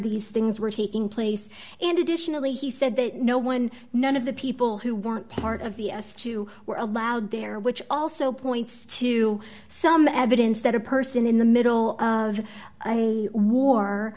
these things were taking place and additionally he said that no one none of the people who weren't part of the us two were alone there which also points to some evidence that a person in the middle of a war